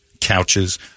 Couches